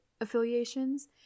affiliations